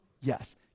Yes